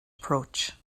approach